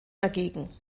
dagegen